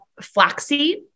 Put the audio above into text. flaxseed